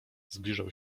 zbliżał